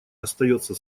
остается